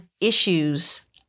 issues